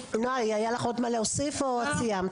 היה לך עוד מה להוסיף או שסיימת?